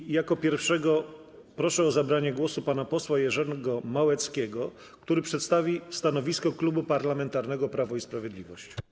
I jako pierwszego proszę o zabranie głosu pana posła Jerzego Małeckiego, który przedstawi stanowisko Klubu Parlamentarnego Prawo i Sprawiedliwość.